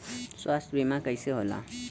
स्वास्थ्य बीमा कईसे होला?